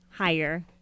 Higher